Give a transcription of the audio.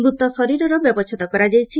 ମୃତ ଶରୀର ବ୍ୟବଛେଦ କରାଯାଇଛି